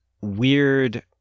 weird